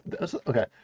okay